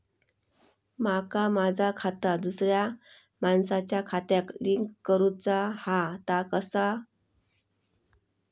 माका माझा खाता दुसऱ्या मानसाच्या खात्याक लिंक करूचा हा ता कसा?